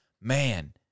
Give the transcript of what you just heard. man